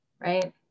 right